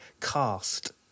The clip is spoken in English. cast